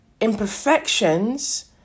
imperfections